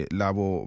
labo